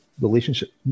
relationship